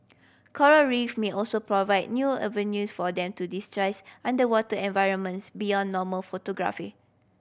coral Reef may also provide new avenues for them to digitise underwater environments beyond normal photography